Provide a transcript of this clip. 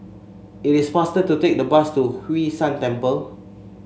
it is faster to take the bus to Hwee San Temple